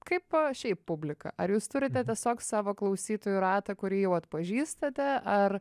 kaipo šiaip publika ar jūs turite tiesiog savo klausytojų ratą kurį jau atpažįstate ar